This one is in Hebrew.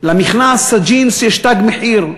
למכנסי ג'ינס יש תג מחיר.